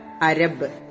Arab